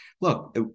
look